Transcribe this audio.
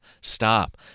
Stop